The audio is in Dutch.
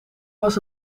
was